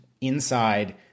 inside